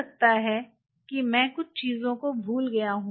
हो सकता है कि मैं कुछ चीजों को भूल गया हूं